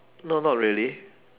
no not really